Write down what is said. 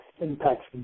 impacts